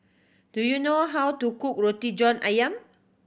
do you know how to cook Roti John Ayam